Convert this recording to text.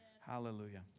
Hallelujah